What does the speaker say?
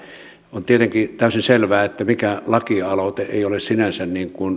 on tietenkin täysin selvää että mikään lakialoite ei ole sinänsä